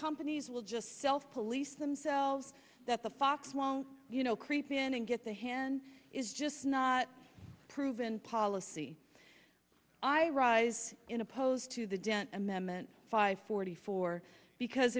companies will just self police themselves that the fox long you know creep in and get the hand is just not proven policy i rise in opposed to the dent amendment five forty four because